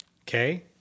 Okay